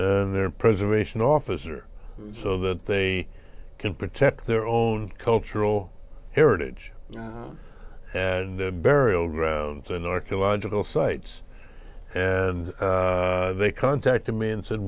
and they're preservation officer so that they can protect their own cultural heritage and the burial ground to an orca logical sites and they contacted me and said